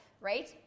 right